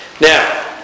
Now